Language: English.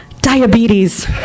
diabetes